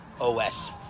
OS